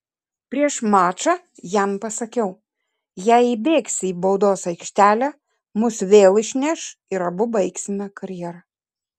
prieš mačą jam pasakiau jei įbėgsi į baudos aikštelę mus vėl išneš ir abu baigsime karjerą